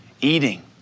Eating